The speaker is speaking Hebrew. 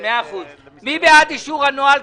מי בעד אישור הנוהל,